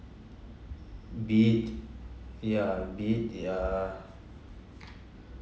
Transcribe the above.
be it yeah be it they are